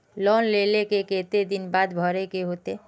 Loan लेल के केते दिन बाद भरे के होते?